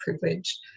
privilege